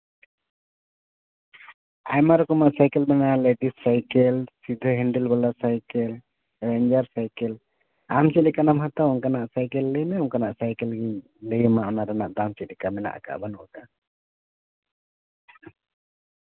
ᱟᱭᱢᱟ ᱨᱚᱠᱚᱢᱟᱜ ᱥᱟᱭᱠᱮᱞ ᱢᱮᱱᱟᱜᱼᱟ ᱞᱮᱰᱤᱥ ᱥᱟᱭᱠᱮᱞ ᱥᱤᱫᱷᱟᱹ ᱦᱮᱱᱰᱮᱞ ᱵᱟᱞᱟ ᱥᱟᱭᱠᱮᱞ ᱦᱩᱭᱤᱝᱜᱟᱨ ᱥᱟᱭᱠᱮᱞ ᱟᱢ ᱪᱮᱫ ᱞᱮᱠᱟᱱᱟᱜ ᱮᱢ ᱦᱟᱛᱟᱣᱟ ᱚᱱᱠᱟᱱᱟᱜ ᱞᱟᱹᱭ ᱢᱮ ᱚᱱᱠᱟᱱᱟᱜ ᱥᱟᱭᱠᱮᱞᱤᱧ ᱞᱟᱹᱭᱟᱢᱟ ᱚᱱᱟ ᱨᱮᱱᱟᱜ ᱫᱟᱢ ᱪᱮᱫᱞᱮᱠᱟ ᱢᱮᱱᱟᱜ ᱟᱠᱟᱫᱼᱟ ᱵᱟᱹᱱᱩᱜ ᱟᱠᱟᱫᱼᱟ